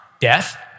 Death